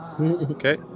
Okay